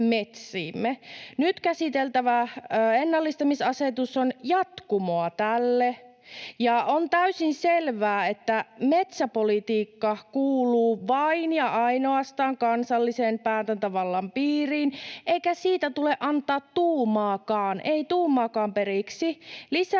Nyt käsiteltävä ennallistamisasetus on jatkumoa tälle, ja on täysin selvää, että metsäpolitiikka kuuluu vain ja ainoastaan kansallisen päätäntävallan piiriin, eikä siitä tule antaa tuumaakaan, ei tuumaakaan, periksi.